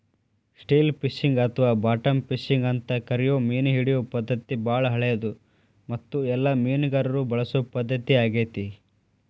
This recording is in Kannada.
ಸ್ಟಿಲ್ ಫಿಶಿಂಗ್ ಅಥವಾ ಬಾಟಮ್ ಫಿಶಿಂಗ್ ಅಂತ ಕರಿಯೋ ಮೇನಹಿಡಿಯೋ ಪದ್ಧತಿ ಬಾಳ ಹಳೆದು ಮತ್ತು ಎಲ್ಲ ಮೇನುಗಾರರು ಬಳಸೊ ಪದ್ಧತಿ ಆಗೇತಿ